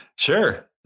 Sure